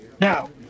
Now